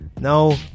No